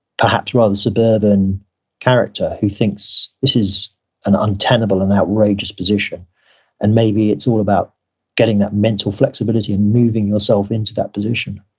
perhaps rather suburban character who thinks this is an untenable and outrageous position and maybe it's all about getting that mental flexibility and moving yourself into that position.